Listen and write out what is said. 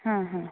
ಹಾಂ ಹಾಂ